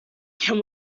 can